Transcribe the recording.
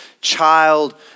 child